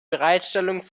bereitstellung